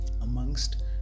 amongst